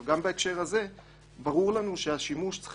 אבל גם בהקשר הזה ברור לנו שהשימוש צריך